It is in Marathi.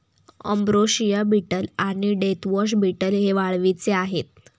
अंब्रोसिया बीटल आणि डेथवॉच बीटल हे वाळवीचे आहेत